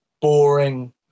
boring